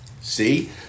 See